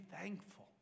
thankful